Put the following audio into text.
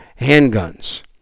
handguns